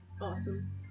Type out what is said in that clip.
Awesome